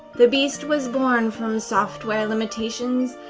the beast was born from software limitations,